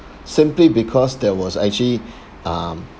simply because there was actually um